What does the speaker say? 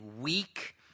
weak